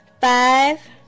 five